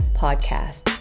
podcast